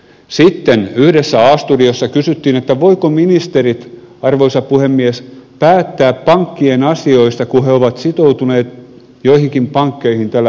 sitten yhdessä a studiossa kysyttiin voivatko ministerit arvoisa puhemies päättää pankkien asioista kun he ovat sitoutuneet joihinkin pankkeihin tällä hirvittävällä lainalla